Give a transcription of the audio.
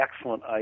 Excellent